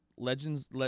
Legends